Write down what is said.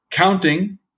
Counting